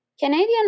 Canadian